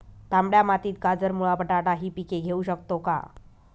तांबड्या मातीत गाजर, मुळा, बटाटा हि पिके घेऊ शकतो का?